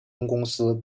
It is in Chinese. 公司